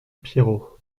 pierrot